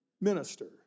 minister